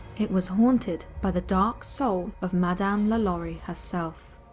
it was haunted by the dark soul of madame lalaurie herself.